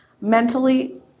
mentally